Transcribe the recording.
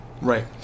right